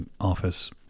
office